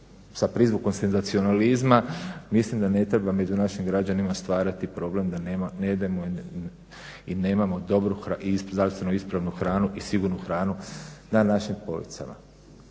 sa prizvukom senzacionalizma, mislim da ne treba među našim građanima stvarati problem da ne jedemo i nemamo dobru i zdravstveno ispravnu hranu i sigurnu hranu na našim policama